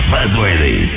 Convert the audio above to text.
Buzzworthy